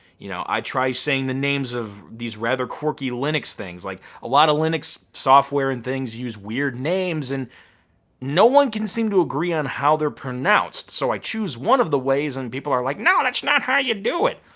you know i try saying the names of these rather quirky linux things. like a lot of linux software and things use weird names and no one can seem to agree on how they're pronounced. so i choose one of the ways and people are like, no, that's not how you do it.